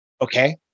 okay